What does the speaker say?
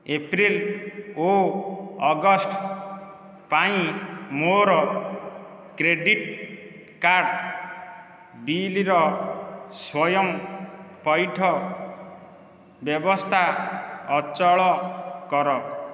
April ଓ August ପାଇଁ ମୋର କ୍ରେଡ଼ିଟ୍ କାର୍ଡ଼୍ ବିଲର ସ୍ଵୟଂ ପଇଠ ବ୍ୟବସ୍ଥା ଅଚଳ କର